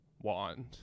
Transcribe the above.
Wand